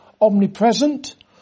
omnipresent